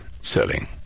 selling